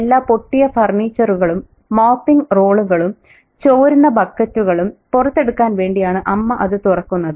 എല്ലാ പൊട്ടിയ ഫർണിച്ചറുകളും മോപ്പിംഗ് റോളുകളും ചോരുന്ന ബക്കറ്റുകളും പുറത്തെടുക്കാൻ വേണ്ടിയാണ് അമ്മ അത് തുറക്കുന്നത്